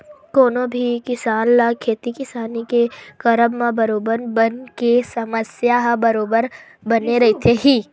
कोनो भी किसान ल खेती किसानी के करब म बरोबर बन के समस्या ह बरोबर बने रहिथे ही